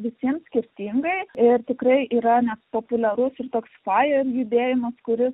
visiems skirtingai ir tikrai yra nepopuliarus ir toks judėjimas kuris